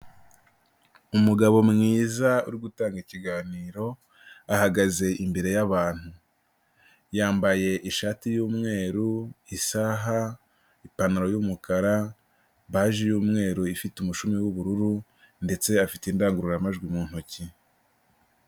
Umugabo mwiza uri gutanga ikiganiro, ahagaze imbere y'abantu, yambaye ishati y'umweru, isaha, ipantaro y'umukara, baji y'umweru ifite umushumi w'ubururu, ndetse afite indangururamajwi mu ntoki.